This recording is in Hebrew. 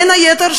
בין היתר,